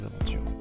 aventures